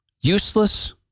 useless